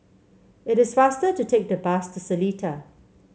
it is faster to take the bus to Seletar